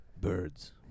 Birds